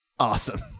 Awesome